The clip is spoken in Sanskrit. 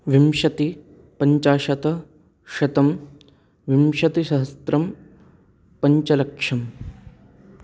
विंशतिः पञ्चाशत् शतं विंशतिसहस्रं पञ्चलक्षम्